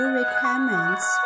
requirements